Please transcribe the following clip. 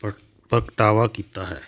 ਪਰ ਪ੍ਰਗਟਾਵਾ ਕੀਤਾ ਹੈ